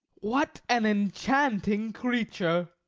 what an enchanting creature!